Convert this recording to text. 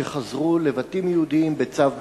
שחזרו לבתים יהודיים בצו בית-המשפט?